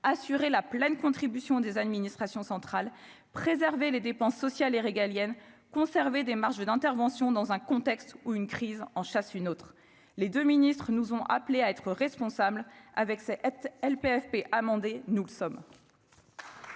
assurer la pleine contribution des administrations centrales, préserver les dépenses sociales et régalienne conserver des marges d'intervention dans un contexte où une crise en chasse une autre. Les 2 ministres nous ont appelés à être responsable avec cette LPFP, amender, nous le sommes.